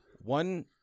One